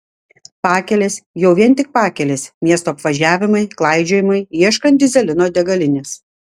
pakelės jau vien tik pakelės miestų apvažiavimai klaidžiojimai ieškant dyzelino degalinės